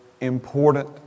important